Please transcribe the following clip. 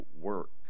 work